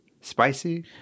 Spicy